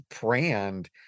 brand